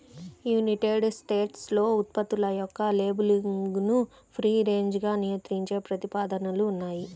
United స్టేట్స్లో ఉత్పత్తుల యొక్క లేబులింగ్ను ఫ్రీ రేంజ్గా నియంత్రించే ప్రతిపాదనలు ఉన్నాయి